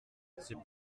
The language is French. c’est